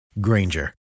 Granger